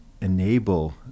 enable